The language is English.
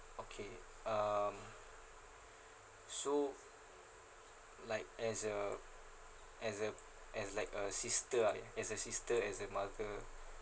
okay um so like as a as a like a sister ah as a sister as a mother